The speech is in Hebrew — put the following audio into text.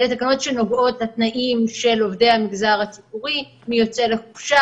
אלה תקנות שנוגעות לתנאים של עובדי המגזר הציבורי: מי יוצא לחופשה?